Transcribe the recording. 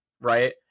Right